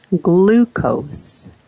glucose